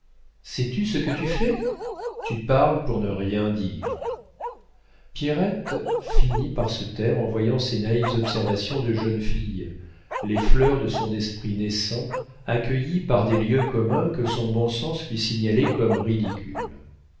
sais-tu ce que tu fais tu parles pour ne rien dire pierrette finit par se taire en voyant ses naïves observations de jeune fille les fleurs de son esprit naissant accueillies par des lieux communs que son bon sens lui signalait comme ridicules